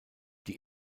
die